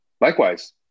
Likewise